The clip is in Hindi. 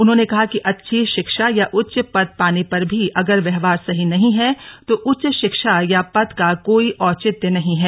उन्होंने कहा कि अच्छी शिक्षा या उच्च पद पाने पर भी अगर व्यवहार सही नहीं है तो उच्च शिक्षा या पद का कोई औचित्य नहीं है